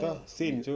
entah same [siol]